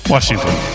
Washington